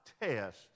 test